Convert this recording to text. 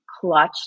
clutch